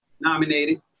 nominated